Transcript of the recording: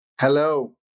Hello